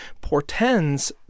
portends